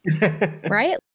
right